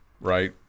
right